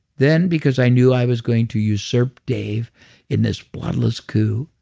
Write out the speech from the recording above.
then because i knew i was going to usurp dave in this bloodless coupe,